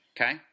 Okay